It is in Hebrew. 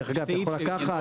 דרך אגב אתה יכול לקחת,